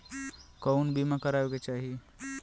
कउन बीमा करावें के चाही?